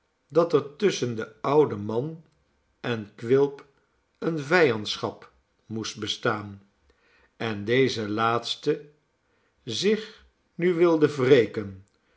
dat er tusschen den ouden man en quilp eene vijandschap moest bestaan en deze laatste zich nu wilde wreken